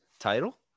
Title